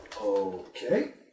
Okay